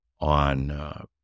on